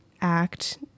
Act